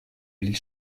mille